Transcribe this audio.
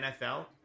NFL